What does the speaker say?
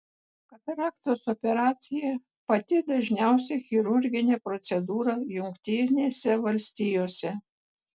kataraktos operacija pati dažniausia chirurginė procedūra jungtinėse valstijose